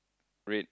red